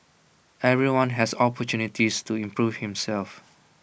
everyone has opportunities to improve himself